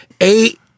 eight